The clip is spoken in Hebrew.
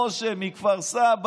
משה מכפר סבא,